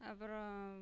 அப்புறோம்